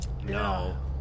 No